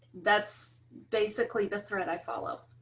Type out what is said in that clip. that's basically the thread i follow